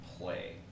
play